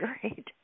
Great